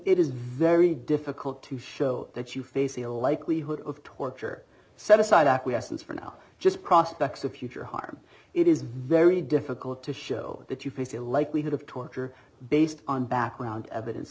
it is very difficult to show that you face a likelihood of torture set aside acquiescence for now just prospects of future harm it is very difficult to show that you face a likelihood of torture based on background evidence